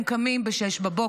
הם קמים ב-06:00,